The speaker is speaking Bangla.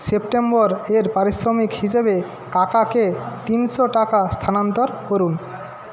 সেপ্টেম্বর এর পারিশ্রমিক হিসেবে কাকাকে তিনশো টাকা স্থানান্তর করুন